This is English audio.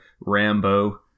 Rambo